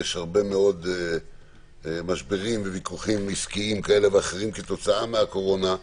שיש הרבה מאוד משברים וויכוחים עסקיים כאלה ואחרים כתוצאה מהקורונה.